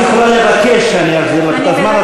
את יכולה לבקש שאני אחזיר לך את הזמן,